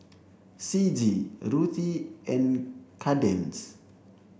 Ciji Ruthe and Kadence